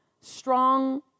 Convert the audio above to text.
strong